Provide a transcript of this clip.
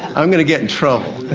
i'm going to get in trouble!